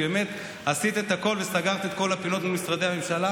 כי באמת עשית את הכול וסגרת את כל הפינות במשרדי הממשלה,